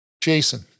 Jason